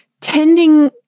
tending